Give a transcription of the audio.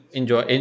enjoy